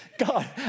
God